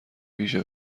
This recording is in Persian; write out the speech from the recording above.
ویژه